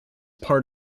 part